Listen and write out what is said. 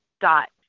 dot